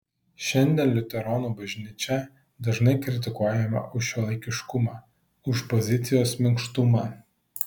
šiandien liuteronų bažnyčia dažnai kritikuojama už šiuolaikiškumą už pozicijos minkštumą